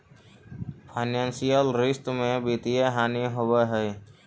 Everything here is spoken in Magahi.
फाइनेंसियल रिश्त में वित्तीय हानि होवऽ हई